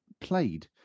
Played